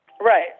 right